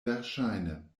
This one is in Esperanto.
verŝajne